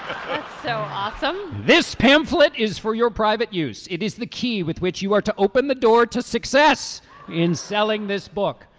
um so awesome. this pamphlet is for your private use. it is the key with which you are to open the door to success in selling this book.